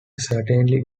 certainly